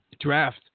draft